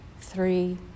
three